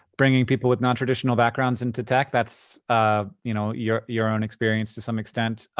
bringing people with nontraditional backgrounds into tech. that's um you know your your own experience to some extent.